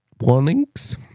Warnings